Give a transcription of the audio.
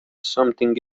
something